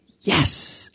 Yes